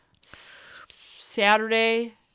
Saturday